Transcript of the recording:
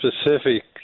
specific